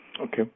Okay